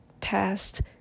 test